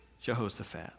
Jehoshaphat